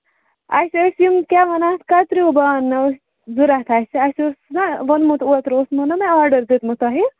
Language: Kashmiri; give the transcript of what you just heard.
اَسہِ حظ یِم کیٛاہ وَنان کَتریو بانہٕ ٲسۍ ضروٗرت اَسہِ اَسہِ اوس نا ووٚنمُت اوترٕ اوسمَو نا آرڈر دیُمُت تۄہہِ